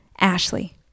Ashley